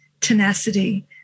tenacity